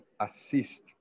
assist